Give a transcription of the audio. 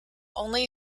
only